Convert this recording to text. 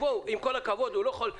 הוא צריך לשים את זה בדרישות שלו.